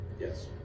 Yes